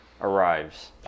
arrives